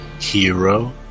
hero